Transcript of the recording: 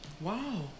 Wow